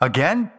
Again